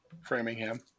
Framingham